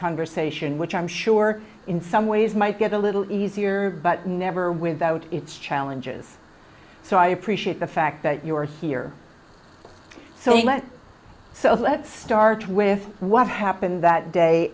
conversation which i'm sure in some ways might get a little easier but never without its challenges so i appreciate the fact that you're see here so let let's start with what happened that day